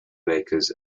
makers